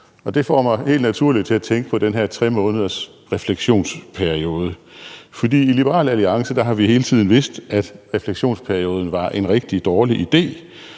Det får mig helt naturligt til at tænke på den her 3 måneders refleksionsperiode, fordi i Liberal Alliance har vi hele tiden vidst, at refleksionsperioden var en rigtig dårlig idé,